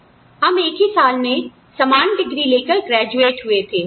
हम एक ही साल में समान डिग्री लेकर ग्रैजुएट हुए थे